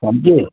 समुझे